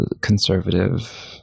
conservative